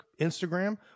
Instagram